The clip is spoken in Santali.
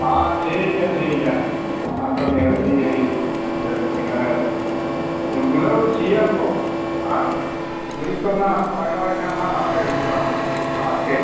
ᱟᱻ ᱴᱷᱤᱠ ᱜᱮᱭᱟ ᱴᱷᱤᱠ ᱜᱮᱭᱟ ᱚᱱᱟ ᱠᱚ ᱱᱤᱦᱟᱹᱛᱤ ᱤᱭᱟᱹ ᱛᱮᱜᱮ ᱞᱩᱲᱜᱩᱲᱟᱹᱣ ᱥᱤᱭᱟᱵᱚ ᱟᱨ ᱜᱩᱨᱤᱡ ᱠᱚ ᱦᱟᱜ ᱵᱚ ᱞᱟᱜᱟᱣ ᱞᱮᱠᱷᱟᱱ ᱱᱟᱜ ᱱᱟᱯᱟᱭ ᱦᱩᱭᱩᱜᱼᱟ ᱟᱨ ᱠᱟᱹᱡ